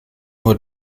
nur